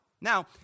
Now